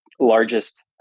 largest